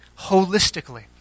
holistically